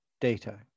data